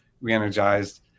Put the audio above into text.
re-energized